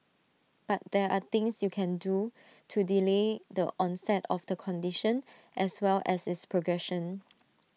but there are things you can do to delay the onset of the condition as well as its progression